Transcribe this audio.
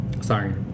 Sorry